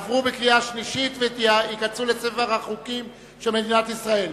עברה בקריאה שלישית ותיכנס לספר החוקים של מדינת ישראל.